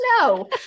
No